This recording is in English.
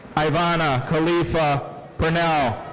ivana kalifa pernell.